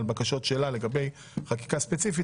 על בקשות שלה לגבי חקיקה ספציפית,